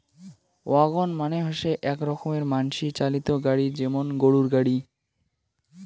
wagon মানে হসে আক রকমের মানসি চালিত গাড়ি যেমন গরুর গাড়ি